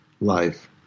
life